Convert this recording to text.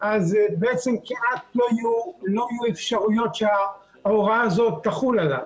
אז בעצם כמעט לא יהיו אפשרויות שההוראה הזאת תחול עליו.